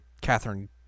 Catherine